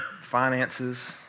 finances